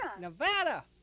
Nevada